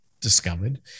discovered